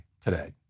today